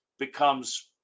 becomes